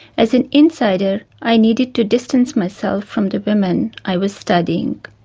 as an insider i needed to distance myself from the women i was studying.